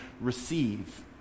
receive